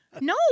no